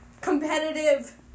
competitive